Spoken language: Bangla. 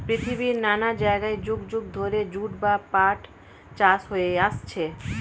পৃথিবীর নানা জায়গায় যুগ যুগ ধরে জুট বা পাট চাষ হয়ে আসছে